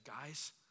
guys